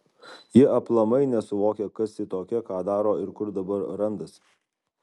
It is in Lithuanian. ji aplamai nesuvokia kas ji tokia ką daro ir kur dabar randasi